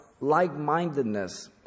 like-mindedness